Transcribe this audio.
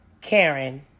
Karen